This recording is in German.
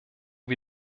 wie